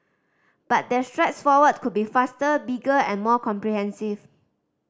but their strides forward could be faster bigger and more comprehensive